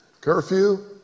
Curfew